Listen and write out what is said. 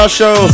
show